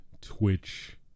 Twitch